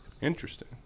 Interesting